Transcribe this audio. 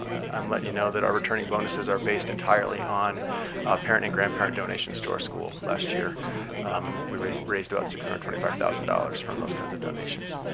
i'm letting you know that our returning bonuses are based entirely on parent and grandparent donations to our school. last year we raised raised about six hundred and twenty five thousand dollars from those kinds of donations.